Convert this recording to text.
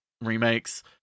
remakes